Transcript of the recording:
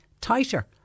tighter